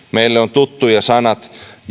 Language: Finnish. tuttuja sanat